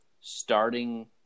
starting